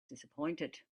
disappointed